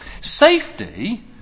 Safety